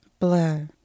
blue